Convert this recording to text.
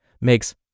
makes